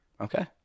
Okay